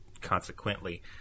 consequently